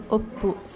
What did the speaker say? ಒಪ್ಪು